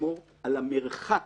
שנשמור על המרחק